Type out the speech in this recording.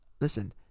Listen